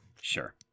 Sure